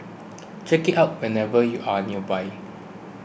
check it out whenever you are nearby